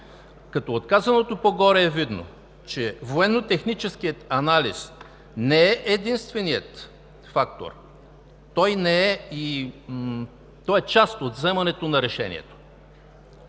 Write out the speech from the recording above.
От казаното по-горе е видно, че военнотехническият анализ не е единственият фактор. Той е част от вземането на решението.